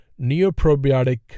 neoprobiotic